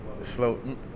slow